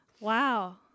Wow